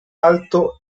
alto